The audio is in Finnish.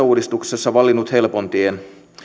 uudistuksessa valinnut helpon tien